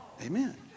Amen